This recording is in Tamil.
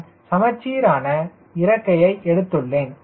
நான் சமச்சீரான இறக்கையை எடுத்துள்ளேன்